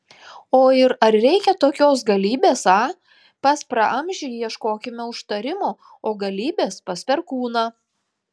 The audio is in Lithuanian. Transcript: o ir ar reikia tokios galybės a pas praamžį ieškokime užtarimo o galybės pas perkūną